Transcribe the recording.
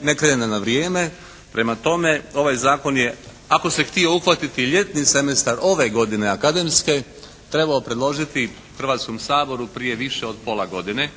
ne krene na vrijeme. Prema tome, ovaj zakon je ako se htio uhvatiti ljetni semestar ove godine akademske trebao predložiti Hrvatskom saboru prije više od pola godine.